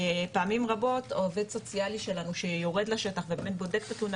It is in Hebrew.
פעמים רבות עו"ס שלנו שיורד לשטח ובודק את התלונה